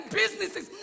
businesses